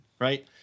right